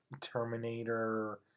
Terminator